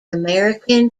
american